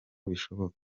bishoboka